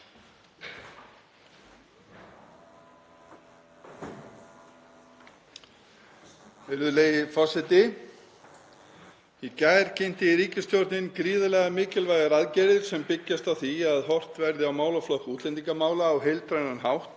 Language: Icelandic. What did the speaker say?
Virðulegi forseti. Í gær kynnti ríkisstjórnin gríðarlega mikilvægar aðgerðir sem byggjast á því að horft verði á málaflokk útlendingamála á heildrænan hátt